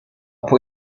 può